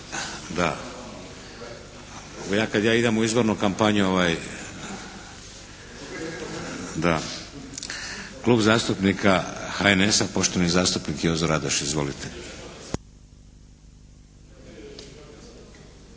Da. Ja, kad ja idem u izbornu kampanju, da. Klub zastupnika HNS-a poštovani zastupnik Jozo Radoš. Izvolite.